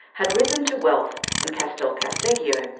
had risen to wealth and castel casteggio,